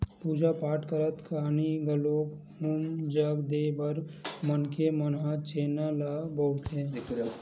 पूजा पाठ करत खानी घलोक हूम जग देय बर मनखे मन ह छेना ल बउरथे